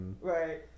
Right